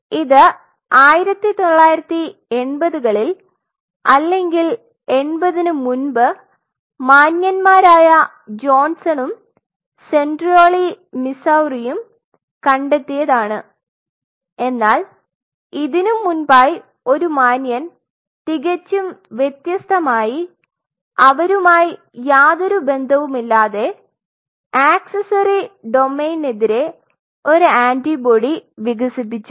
ഇത് 1980 കളിൽ അല്ലെങ്കിൽ 80 മുമ്പ് മാന്യന്മാരായ ജോൺസണും സെൻറ്റോളി മിസ്സൌറിയും കണ്ടെത്തിയതാണ് എന്നാൽ ഇതിനും മുൻപായി ഒരു മാന്യൻ തികച്ചും വ്യത്യസ്തമായി അവരുമായി യാതൊരു ബന്ധവുമില്ലാതെ ആക്സസറി ഡൊമെയ്നിനെതിരെ ഒരു ആന്റിബോഡി വികസിപ്പിച്ചു